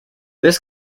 this